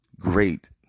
great